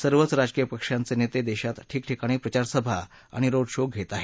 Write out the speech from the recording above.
सर्वच राजकीय पक्षांचे नेते देशात ठिकठिकाणी प्रचार्सभा आणि रोड शो घेत आहेत